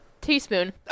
Teaspoon